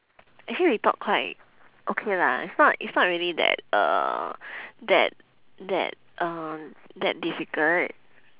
actually we talk quite okay lah it's not it's not really that uh that that um that difficult